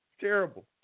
Terrible